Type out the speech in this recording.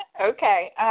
Okay